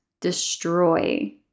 destroy